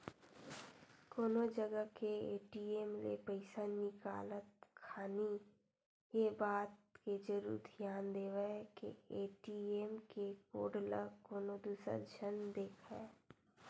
कोनो जगा के ए.टी.एम ले पइसा निकालत खानी ये बात के जरुर धियान देवय के ए.टी.एम के कोड ल कोनो दूसर झन देखय